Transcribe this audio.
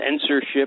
censorship